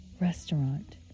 restaurant